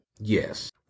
Yes